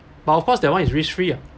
but of course that one is risk free ya